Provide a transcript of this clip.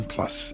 Plus